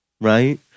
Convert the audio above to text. right